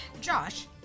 Josh